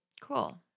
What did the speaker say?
Cool